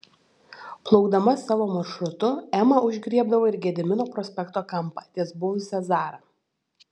plaukdama savo maršrutu ema užgriebdavo ir gedimino prospekto kampą ties buvusia zara